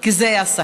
כי זה השכר,